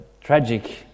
tragic